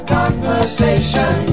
conversation